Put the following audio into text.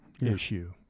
issue